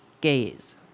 gaze